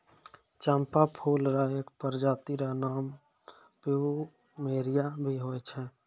चंपा फूल र एक प्रजाति र नाम प्लूमेरिया भी होय छै